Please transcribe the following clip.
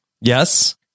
Yes